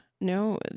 no